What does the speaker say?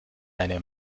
eine